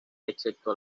excepto